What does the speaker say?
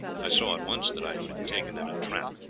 i saw at once that i had been taken in a trap.